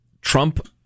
Trump